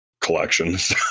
collections